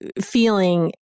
feeling